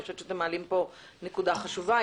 אני חושבת שאתם מעלים כאן נקודה חשובה.